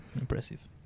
Impressive